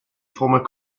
former